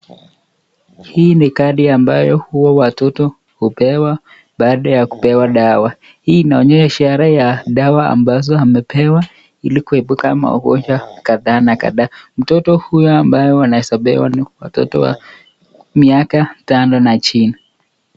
Hii ni kadi ambayo huwa watoto hupewa baada ya kupewa dawa. Hii inaonyesha ishara ya dawa ambazo amepewa ili kuepuka magonjwa kadhaa na kadhaa. Mtoto huyo ambaye anaweza pewa ni watoto wa miaka tano na chini.